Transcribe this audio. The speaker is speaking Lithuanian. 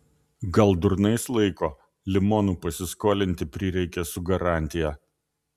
gal durnais laiko limonų pasiskolinti prireikė su garantija